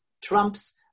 Trump's